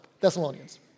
Thessalonians